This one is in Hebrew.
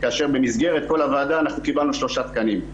כאשר במסגרת כל הוועדה אנחנו קיבלנו שלושה תקנים.